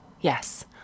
Yes